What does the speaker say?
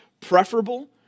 preferable